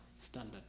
standard